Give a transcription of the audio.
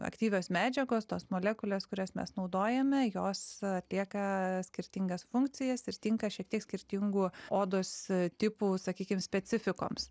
aktyvios medžiagos tos molekulės kurias mes naudojame jos atlieka skirtingas funkcijas ir tinka šiek tiek skirtingų odos tipų sakykim specifikoms